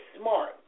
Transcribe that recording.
smart